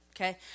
Okay